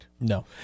No